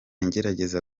ngerageza